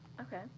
Okay